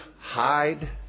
hide